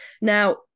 Now